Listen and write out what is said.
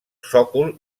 sòcol